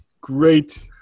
great